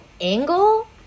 angle